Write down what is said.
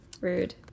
rude